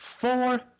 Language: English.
four